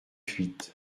huit